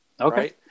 Okay